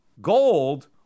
gold